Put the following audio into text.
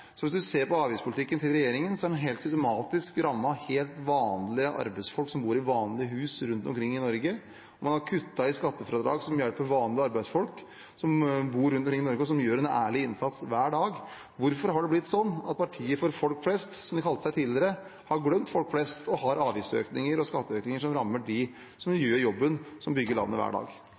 Så hvis man ser på avgiftspolitikken til regjeringen, har den helt systematisk rammet helt vanlige arbeidsfolk som bor i vanlige hus rundt omkring i Norge. Man har kuttet i skattefradrag som hjelper vanlige arbeidsfolk som bor rundt omkring i Norge, og som gjør en ærlig innsats hver dag. Hvorfor har det blitt sånn at partiet for folk flest – som de kalte seg tidligere – har glemt folk flest og har avgiftsøkninger og skatteøkninger som rammer dem som gjør jobben, som bygger landet, hver dag?